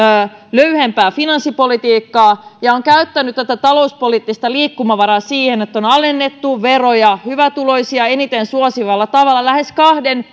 löyhempää finanssipolitiikkaa ja on käyttänyt tätä talouspoliittista liikkumavaraa siihen että on alennettu veroja hyvätuloisia eniten suosivalla tavalla lähes kahden